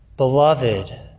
Beloved